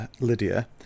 Lydia